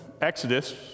Exodus